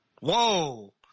Whoa